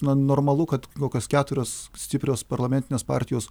na normalu kad kokios keturios stiprios parlamentinės partijos